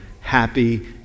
happy